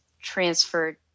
transferred